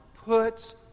puts